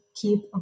keep